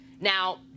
Now